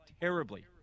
terribly